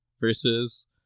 versus